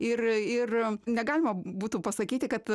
ir ir negalima būtų pasakyti kad